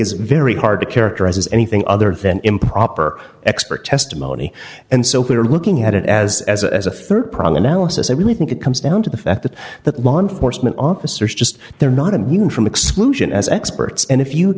is very hard to characterize as anything other than improper expert testimony and so we're looking at it as as a as a rd problem alice i really think it comes down to the fact that that law enforcement officers just they're not immune from exclusion as experts and if you